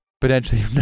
Potentially